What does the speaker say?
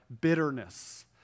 bitterness